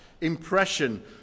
impression